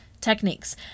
techniques